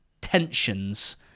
tensions